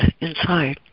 inside